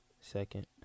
Second